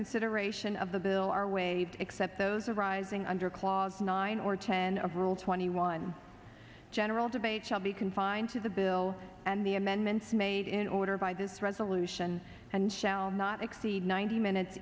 consideration of the bill are waived except those arising under clause nine or ten of rule twenty one general debate shall be confined to the bill and the amendments made in order by this resolution and shall not exceed ninety minutes